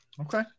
okay